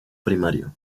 primario